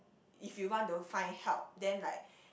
if you want to find help then like